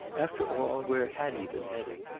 after all, where had he been heading?